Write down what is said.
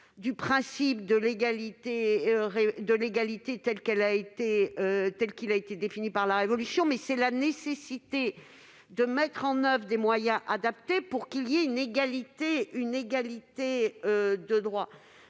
du principe d'égalité, tel qu'il a été défini par la Révolution française, mais la nécessité de mettre en oeuvre des moyens adaptés pour qu'il y ait une égalité de droits.